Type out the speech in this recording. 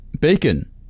bacon